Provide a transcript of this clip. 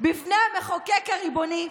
בפני המחוקק הריבוני,